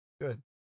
Good